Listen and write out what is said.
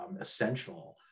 essential